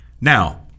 now